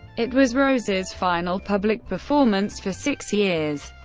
it was rose's final public performance for six years.